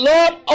Lord